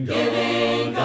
Giving